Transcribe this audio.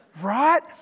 Right